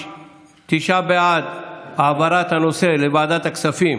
ההצעה להעביר את הנושא לוועדת הכספים